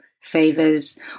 favors